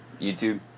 YouTube